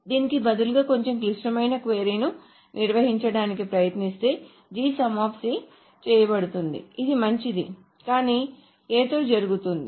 దీనికి బదులుగా కొంచెం క్లిష్టమైన క్వరీ ను నిర్వచించటానికి ప్రయత్నిస్తే G చేయబడుతుంది ఇది మంచిది కానీ A తో జరుగుతుంది